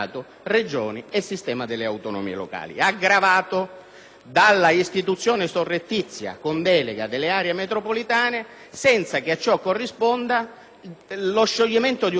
dalla istituzione surrettizia con delega delle aree metropolitane senza che a ciò corrisponda lo scioglimento di un nodo fondamentale: che cosa si vuole fare delle Province.